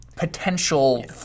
Potential